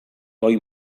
goi